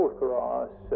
cross